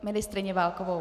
Ministryni Válkovou.